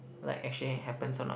like actually happens or not